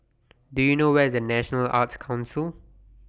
Do YOU know Where IS National Arts Council